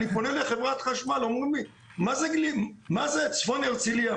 אני פנה לחברת חשמל, אומרים לי מה זה צפון הרצליה?